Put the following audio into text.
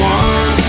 one